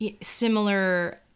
similar